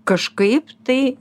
kažkaip tai